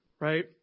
Right